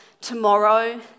tomorrow